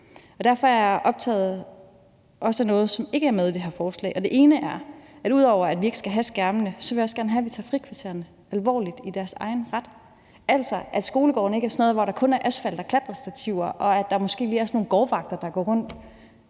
Derfor er jeg også optaget af noget, som ikke er med i det her forslag. Det ene er, at ud over vi ikke skal have skærmene, vil jeg også gerne have, at vi tager frikvartererne alvorligt som noget selvstændigt, altså at skolegården ikke kun skal være et sted, hvor der er asfalt og klatrestativer, og hvor der måske lige går nogle gårdvagter rundt,